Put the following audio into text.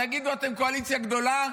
תגידו: אתם קואליציה גדולה.